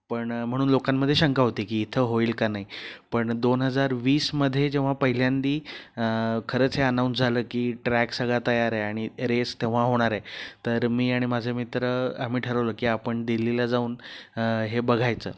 पण म्हणून लोकांमधे शंका होती की इथं होईल का नाही पण दोन हजार वीसमध्ये जेव्हा पहिल्यांदा खरंच हे अनाऊन झालं की ट्रॅक सगळा तयार आणि रेस तेव्हा होणार आहे तर मी आणि माझे मित्र आम्ही ठरवलं की आपण दिल्लीला जाऊन हे बघायचं